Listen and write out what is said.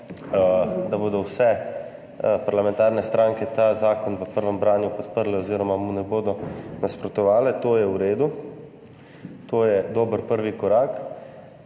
da bodo vse parlamentarne stranke ta zakon v prvem branju podprle oziroma mu ne bodo nasprotovale. To je v redu, to je dober prvi korak.